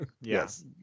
Yes